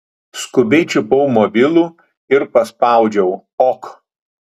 skubiai čiupau mobilų ir paspaudžiau ok